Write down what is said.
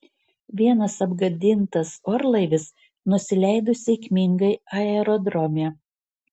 vienas apgadintas orlaivis nusileido sėkmingai aerodrome